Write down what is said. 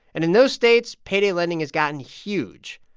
and in those states, payday lending has gotten huge,